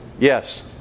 yes